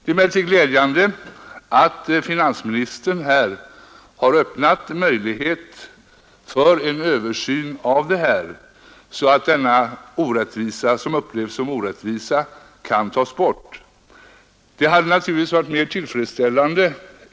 Det är emellertid glädjande att finansministern här har öppnat möjlighet för en översyn av frågan så att detta förhällande som upplevs som en orättvisa kan undanröjas.